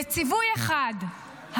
בציווי אחד,